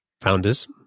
founders